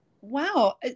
Wow